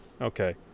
Okay